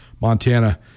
Montana